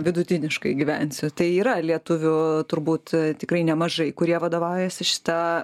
vidutiniškai gyvensiu tai yra lietuvių turbūt tikrai nemažai kurie vadovaujasi šita